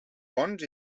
bons